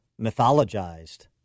mythologized